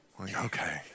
okay